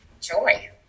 joy